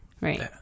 Right